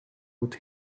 with